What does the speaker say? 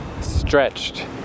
stretched